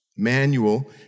Manual